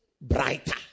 Brighter